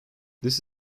this